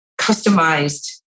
customized